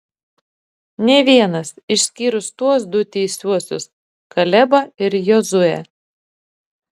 nė vienas išskyrus tuos du teisiuosius kalebą ir jozuę